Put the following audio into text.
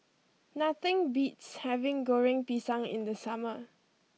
nothing beats having Goreng Pisang in the summer